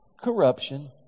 corruption